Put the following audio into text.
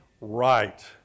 right